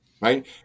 right